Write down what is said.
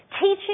Teaching